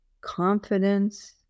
confidence